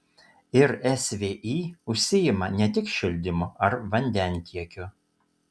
ir svį užsiima ne tik šildymu ar vandentiekiu